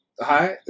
Hi